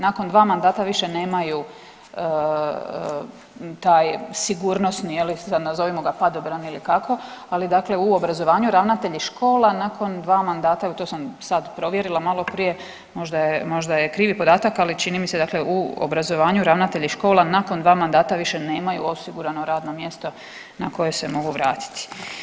Nakon 2 mandata više nemaju taj sigurnosni je li nazovimo ga padobran ili kako, ali dakle u obrazovanju ravnatelji škola nakon 2 mandata evo to sam sad provjerila maloprije možda je, možda je krivi podatak ali čini me se dakle u obrazovanju ravnatelja škola nakon 2 mandata više nemaju osigurano radno mjesto na koje se mogu vratiti.